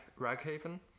Raghaven